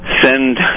send